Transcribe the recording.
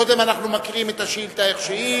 קודם אנחנו מקריאים את השאילתא איך שהיא,